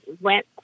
went